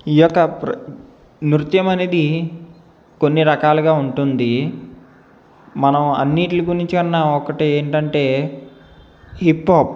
ఈ యొక్క నృత్యం అనేది కొన్ని రకాలుగా ఉంటుంది మనం అన్నిట్ల గురించి అన్న ఒకటి ఏంటంటే హిప్పప్